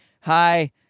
hi